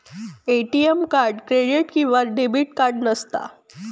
ATM card credit किंवा debit card नसता